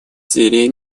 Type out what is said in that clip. сирии